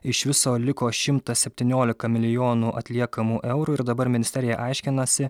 iš viso liko šimtas septyniolika milijonų atliekamų eurų ir dabar ministerija aiškinasi